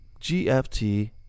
gft